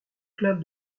club